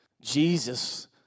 Jesus